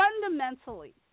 fundamentally